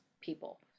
people